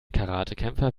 karatekämpfer